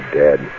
dead